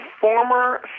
former